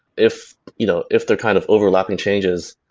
if you know if they're kind of overlapping changes,